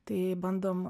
tai bandom